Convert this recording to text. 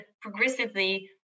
progressively